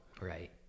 Right